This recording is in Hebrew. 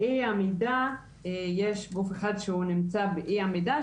באי עמידה יש גוף אחד שנמצא באי עמידה,